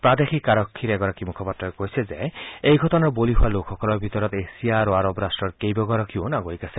প্ৰাদেশিক আৰক্ষীৰ এগৰাকী মুখপাত্ৰই কৈছে যে এই ঘটনাৰ বলি হোৱা লোকসকলৰ ভিতৰত এছিয়া আৰু আৰৱ ৰাট্টৰ কেইবাগৰাকীও নাগৰিক আছে